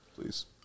Please